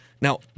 Now